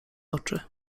oczy